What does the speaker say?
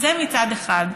זה מצד אחד.